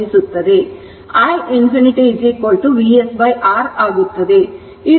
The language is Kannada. ಆದ್ದರಿಂದ iinfinity VsR ಆಗುತ್ತದೆ